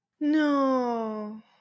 No